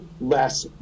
less